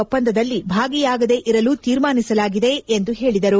ಒಪ್ಪಂದದಲ್ಲಿ ಭಾಗಿಯಾಗದೇ ಇರಲು ತೀರ್ಮಾನಿಸಲಾಗಿದೆ ಎಂದು ಹೇಳಿದರು